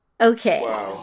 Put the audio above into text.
Okay